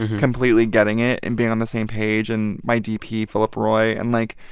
completely getting it and being on the same page and my dp, philip roy. and, like,